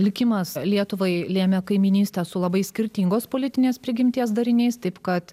likimas lietuvai lėmė kaimynystę su labai skirtingos politinės prigimties dariniais taip kad